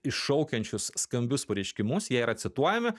iššaukiančius skambius pareiškimus jie yra cituojami